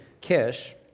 Kish